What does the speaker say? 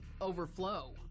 overflow